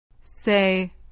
Say